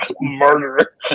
murder